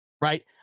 right